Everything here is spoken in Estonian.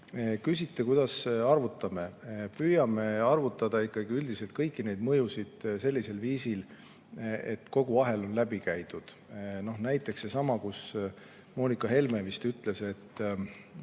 Küsite, kuidas arvutame. Püüame arvutada ikkagi üldiselt kõiki neid mõjusid sellisel viisil, et kogu ahel on läbi käidud. Näiteks Moonika Helme vist ütles, et